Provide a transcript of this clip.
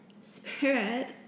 spirit